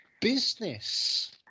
business